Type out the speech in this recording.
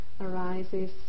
arises